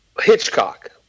Hitchcock